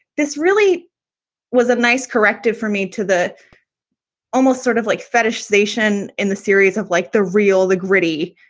this really was a nice corrective for me to the almost sort of like fetishization in the series of like the real the gritty.